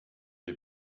des